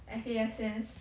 F_A_S_S